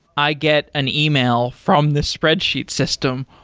i get an ah e-mail from the spreadsheet system,